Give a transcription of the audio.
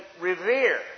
revere